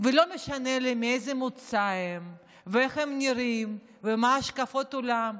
ולא משנה לי מאיזה מוצא הם ואיך הם נראים ומה השקפות העולם,